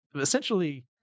essentially